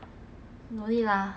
管他们的 lah